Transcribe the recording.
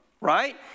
right